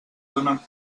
donen